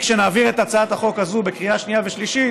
כשנעביר את הצעת החוק הזאת בקריאה שנייה ושלישית